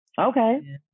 Okay